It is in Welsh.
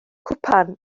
cwpan